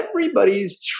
everybody's